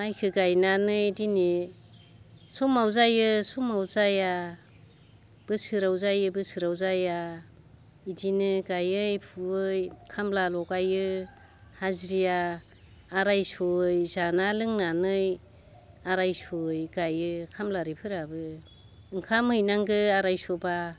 माइखौ गायनानै दिनै समाव जायो समाव जाया बोसोराव जायो बोसोराव जाया बिदिनो गायै फुयै खामला लगायो हाजिरा आराइस'यै जाना लोंनानै आराइस'यै गायो खामलारिफोराबो ओंखाम हैनांगौ आराइस'बा